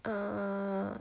err